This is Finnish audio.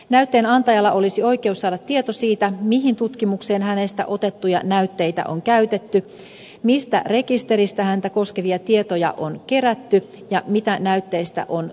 näytteen antajalla olisi oikeus saada tieto siitä mihin tutkimukseen hänestä otettuja näytteitä on käytetty mistä rekisteristä häntä koskevia tietoja on kerätty ja mitä näytteistä on tutkittu